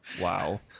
Wow